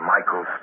Michael